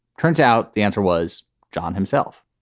turns out the answer was john himself,